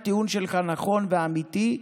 הטיעון שלך נכון ואמיתי,